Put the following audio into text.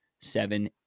seven